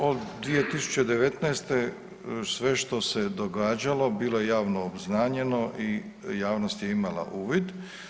Od 2019. sve što se je događalo bilo je javno obznanjeno i javnost je imala uvid.